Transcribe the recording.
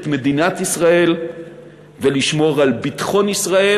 מדינת ישראל ולשמור על ביטחון ישראל.